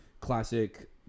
classic